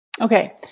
Okay